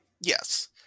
Yes